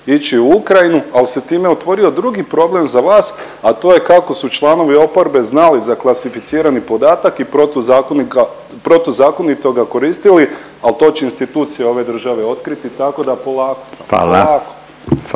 ići u Ukrajinu, al se time otvorio drugi problem za vas, a to je kako su članovi oporbe znali za klasificirani podatak i protuzakonika, protuzakonito ga zakonito koristili, ali to će institucije ove države otkriti tako da polako samo, polako.